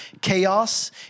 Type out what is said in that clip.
chaos